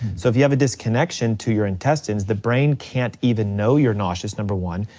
so if you have a disconnection to your intestines, the brain can't even know you're nauseous, number one,